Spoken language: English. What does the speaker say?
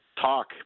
talk